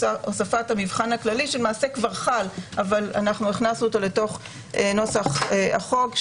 הוספת המבחן הכללי שלמעשה כבר חל אבל אנחנו הכנסנו אותו לתוך נוסח החוק,